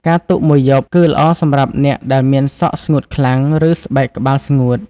ការទុកមួយយប់ គឺល្អសម្រាប់អ្នកដែលមានសក់ស្ងួតខ្លាំង ឬស្បែកក្បាលស្ងួត។